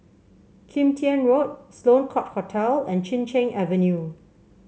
Kim Tian Road Sloane Court Hotel and Chin Cheng Avenue